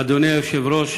אדוני היושב-ראש,